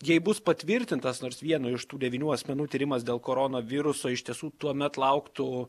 jei bus patvirtintas nors vieno iš tų devynių asmenų tyrimas dėl koronaviruso iš tiesų tuomet lauktų